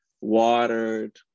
watered